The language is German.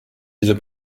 dieser